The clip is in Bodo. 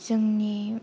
जोंनि